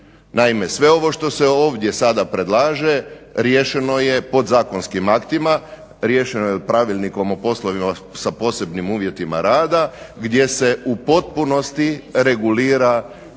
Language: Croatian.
Naime, sve ovo što se ovdje sada predlaže riješeno je podzakonskim aktima, riješeno je Pravilnikom o poslovima sa posebnim uvjetima rada, gdje se u potpunosti regulira